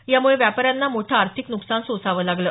यामुळे व्यापाऱ्यांना मोठं आर्थिक नुकसान सोसावं लागलं